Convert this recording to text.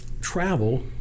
Travel